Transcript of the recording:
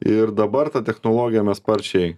ir dabar tą technologiją mes sparčiai